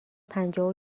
پنجاه